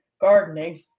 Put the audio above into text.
gardening